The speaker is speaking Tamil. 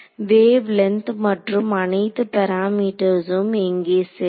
வேவ்லேன்த் மற்றும் அனைத்து பாராமீட்டர்ஸ்ம் எங்கே செல்லும்